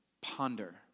ponder